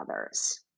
others